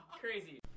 crazy